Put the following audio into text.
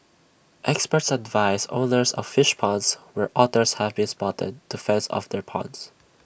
experts advise owners of fish ponds where otters have been spotted to fence off their ponds